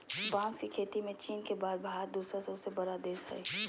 बांस के खेती में चीन के बाद भारत दूसरा सबसे बड़ा देश हइ